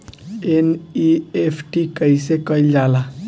NEFT कइसे कइल जाला?